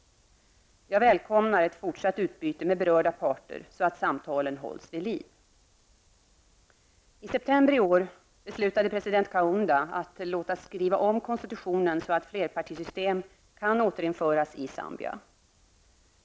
Jag välkomnar ett fortsatt utbyte med berörda parter så att samtalen hålls vid liv. I september i år beslutade president Kaunda att låta skriva om konstitutionen så att flerpartisystem kan återinföras i Zambia.